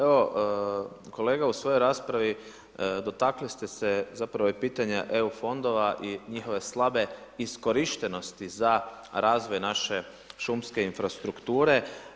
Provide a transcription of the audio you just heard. Evo, kolega u svojoj raspravi dotaknuli ste se zapravo i pitanja EU fondova i njihove slabe iskorištenosti za razvoj naše šumske infrastrukture.